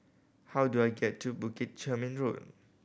how do I get to Bukit Chermin Road